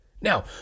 Now